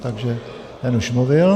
Takže ten už mluvil.